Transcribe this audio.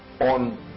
on